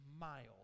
miles